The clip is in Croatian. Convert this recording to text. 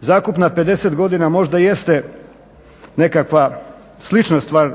Zakup na 50 godina možda jeste nekakva slična stvar